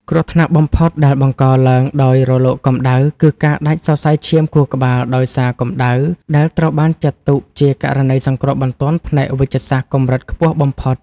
គ្រោះថ្នាក់បំផុតដែលបង្កឡើងដោយរលកកម្ដៅ គឺការដាច់សរសៃឈាមខួរក្បាលដោយសារកម្ដៅ ដែលត្រូវបានចាត់ទុកជាករណីសង្គ្រោះបន្ទាន់ផ្នែកវេជ្ជសាស្ត្រកម្រិតខ្ពស់បំផុត។